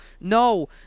no